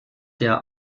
der